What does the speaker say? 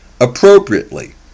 appropriately